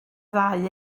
ddau